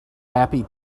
happy